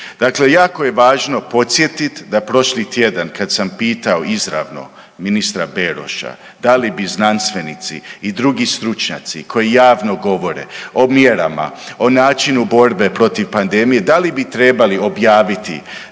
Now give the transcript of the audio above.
Dakle, jako je važno podsjetiti da prošli tjedan kada sam pitao izravno ministra Beroša da li bi znanstvenici i drugi stručnjaci koji javno govore o mjerama, o načinu borbe protiv pandemije, da li bi trebali objaviti